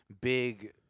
big